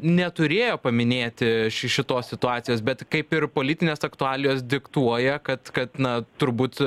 neturėjo paminėti ši šitos situacijos bet kaip ir politinės aktualijos diktuoja kad kad na turbūt